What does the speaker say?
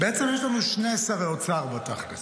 בעצם יש לנו שני שרי אוצר בתכלס,